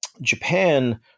Japan